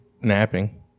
napping